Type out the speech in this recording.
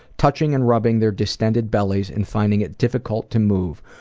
touching and rubbing their distended bellies and finding it difficult to move,